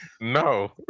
No